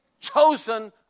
chosen